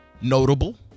notable